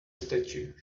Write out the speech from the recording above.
statue